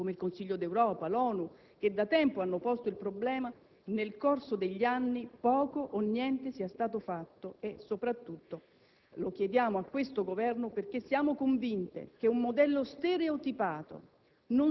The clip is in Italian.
come il Consiglio d'Europa, l'ONU - che da tempo hanno posto il problema, nel corso degli anni poco o niente sia stato fatto e - soprattutto - lo chiediamo a questo Governo, perché siamo convinte che un modello stereotipato